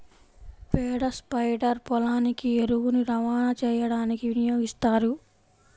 పేడ స్ప్రెడర్ పొలానికి ఎరువుని రవాణా చేయడానికి వినియోగిస్తారు